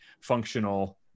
functional